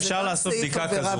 אפשר לעשות בדיקה כזאת.